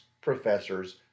professors